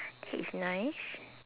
that is nice